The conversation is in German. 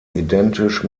identisch